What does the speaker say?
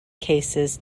cases